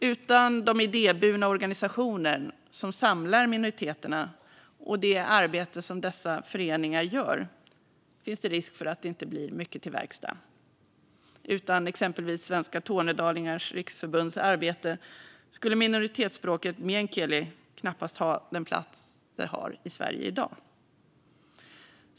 Utan de idéburna organisationer som samlar minoriteterna och det arbete som dessa föreningar gör finns det risk för att det inte blir mycket till verkstad. Utan exempelvis Svenska Tornedalingars Riksförbunds arbete skulle minoritetsspråket meänkieli knappast ha den plats det har i Sverige i dag.